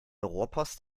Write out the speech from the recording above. rohrpost